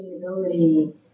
sustainability